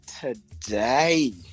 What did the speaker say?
today